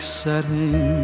setting